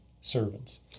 servants